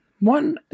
One